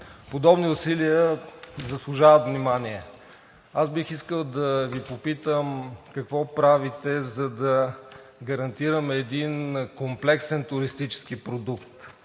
Подобни усилия заслужават внимание. Аз искам да Ви попитам: какво правите, за да гарантираме един комплексен туристически продукт?